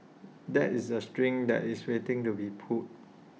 that is A string that is waiting to be pulled